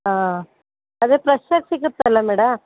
ಹಾಂ ಅದೇ ಫ್ರೆಶ್ಶಾಗಿ ಸಿಗುತ್ತಲ್ಲ ಮೇಡ